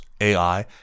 AI